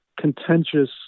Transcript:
contentious